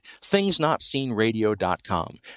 thingsnotseenradio.com